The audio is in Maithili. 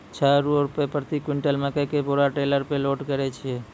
छह रु प्रति क्विंटल मकई के बोरा टेलर पे लोड करे छैय?